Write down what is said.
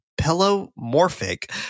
pelomorphic